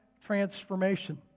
transformation